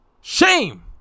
Shame